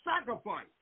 sacrifice